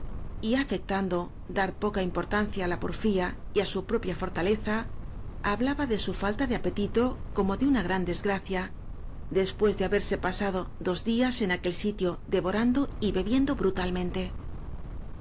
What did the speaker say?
cenar y afectando dar poca importancia á la porfía y á su propia for taleza hablaba de su falta de apetito como de una gran desgracia después de haberse pasado dos días en aquel sitio devorando y bebiendo brutalmente